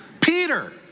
Peter